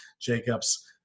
Jacobs